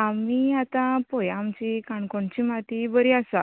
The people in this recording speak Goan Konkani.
आमी आता पळय आमची काणकोणची माती बरी आसा